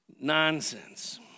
Nonsense